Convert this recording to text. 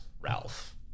Ralph